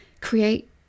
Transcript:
create